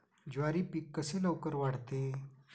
ज्वारी पीक कसे लवकर वाढते?